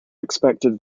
expected